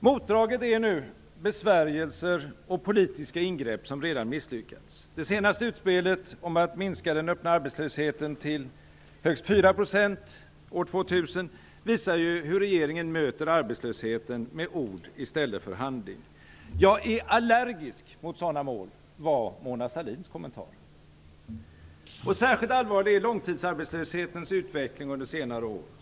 Motdraget är nu besvärjelser och politiska ingrepp som redan misslyckats. Det senaste utspelet om att minska den öppna arbetslösheten till högst 4 % år 2000 visar hur regeringen möter arbetslösheten - med ord i stället för med handling. Jag är allergisk mot sådana mål, är Mona Sahlins kommentar. Särskilt allvarlig är långtidsarbetslöshetens utveckling under senare år.